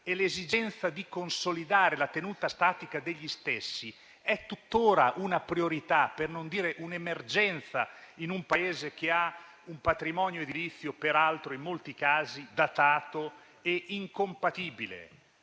e di consolidare la tenuta statica degli stessi è tuttora una priorità, per non dire un'emergenza, in un Paese che ha un patrimonio edilizio peraltro in molti casi datato e incompatibile